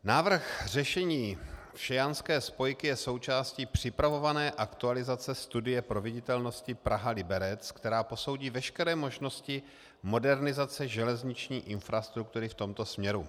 Návrh řešení všejanské spojky je součástí připravované aktualizace studie proveditelnosti Praha Liberec, která posoudí veškeré možnosti modernizace železniční infrastruktury v tomto směru.